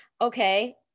okay